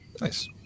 nice